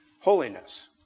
Holiness